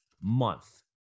month